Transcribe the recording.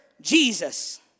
Jesus